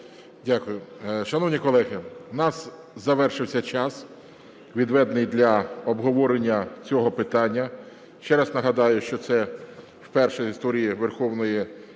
Дякую. Шановні колеги, в нас завершився час, відведений для обговорення цього питання. Ще раз нагадаю, що це вперше в історії Верховної Ради